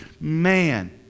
man